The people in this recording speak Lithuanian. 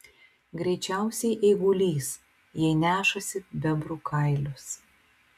greičiausiai eigulys jei nešasi bebrų kailius